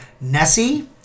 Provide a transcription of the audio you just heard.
Nessie